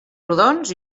rodons